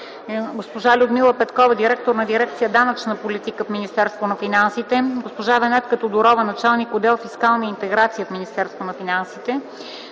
госпожа Людмила Петкова – директор на дирекция „Данъчна политика” в Министерството на финансите, госпожа Венетка Тодорова – началник отдел „Фискална интеграция” в Министерството на финансите,